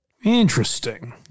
Interesting